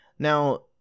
Now